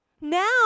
Now